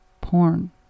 porn